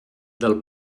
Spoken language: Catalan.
del